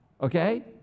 Okay